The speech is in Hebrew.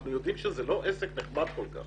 אנחנו יודעים שזה לא עסק נחמד כל כך